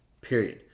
period